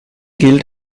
gilt